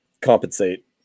compensate